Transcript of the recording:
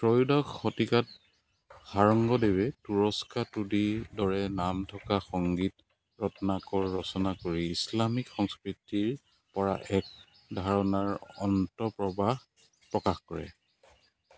ত্ৰয়োদশ শতিকাত শাৰংগদেৱে তুৰষ্কা তোদিৰ দৰে নাম থকা সংগীত ৰত্নাকৰ ৰচনা কৰি ইছলামিক সংস্কৃতিৰ পৰা এক ধাৰণাৰ অন্তৰ্প্ৰৱাহ প্ৰকাশ কৰে